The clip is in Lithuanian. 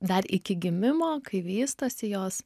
dar iki gimimo kai vystosi jos